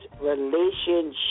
relationship